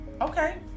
okay